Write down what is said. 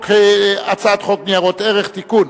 הצעת חוק ניירות ערך (תיקון,